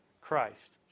Christ